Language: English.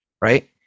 Right